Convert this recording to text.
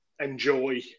enjoy